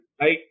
Right